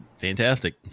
fantastic